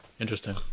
Interesting